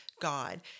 God